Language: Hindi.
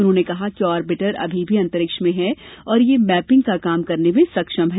उन्होंने कहा कि ऑर्बिटर अभी भी अंतरिक्ष में है और यह मैपिंग का काम करने में सक्षम है